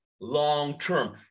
long-term